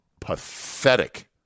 pathetic